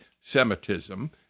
Semitism